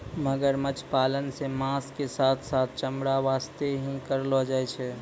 मगरमच्छ पालन सॅ मांस के साथॅ साथॅ चमड़ा वास्तॅ ही करलो जाय छै